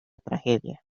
tragedia